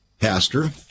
pastor